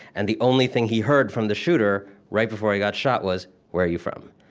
and the only thing he heard from the shooter, right before he got shot, was, where are you from?